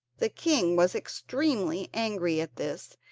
the king was extremely angry at this,